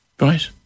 Right